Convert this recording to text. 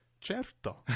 certo